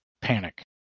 panic